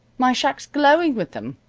my shack's glowing with them.